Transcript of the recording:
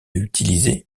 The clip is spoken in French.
utiliser